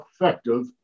effective